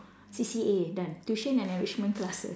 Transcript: C_C_A done tuition and enrichment classes